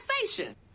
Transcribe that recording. taxation